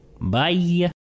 Bye